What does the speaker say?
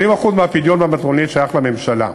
80% מהפדיון במטרונית שייך לממשלה.